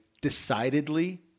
decidedly